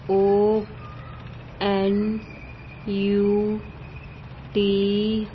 O N U T